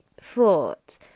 thought